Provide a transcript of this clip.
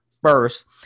first